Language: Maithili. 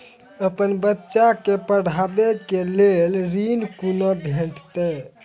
अपन बच्चा के पढाबै के लेल ऋण कुना भेंटते?